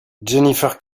jennifer